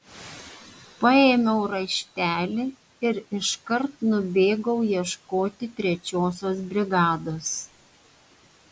paėmiau raštelį ir iškart nubėgau ieškoti trečiosios brigados